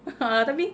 ha tapi